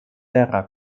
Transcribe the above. terra